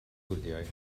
wyliau